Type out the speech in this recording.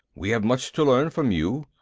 we have much to learn from you.